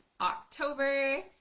October